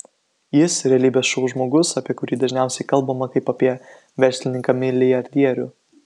jis realybės šou žmogus apie kurį dažniausiai kalbama kaip apie verslininką milijardierių